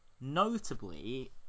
notably